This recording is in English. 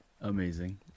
Amazing